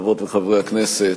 חברות וחברי הכנסת,